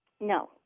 No